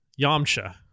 Yamcha